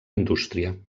indústria